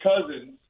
Cousins